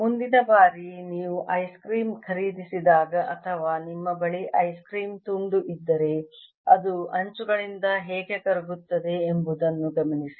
ಮುಂದಿನ ಬಾರಿ ನೀವು ಐಸ್ ಕ್ರೀಮ್ ಖರೀದಿಸಿದಾಗ ಅಥವಾ ನಿಮ್ಮ ಬಳಿ ಐಸ್ ಕ್ರೀಮ್ ತುಂಡು ಇದ್ದರೆ ಅದು ಅಂಚುಗಳಿಂದ ಹೇಗೆ ಕರಗುತ್ತದೆ ಎಂಬುದನ್ನು ಗಮನಿಸಿ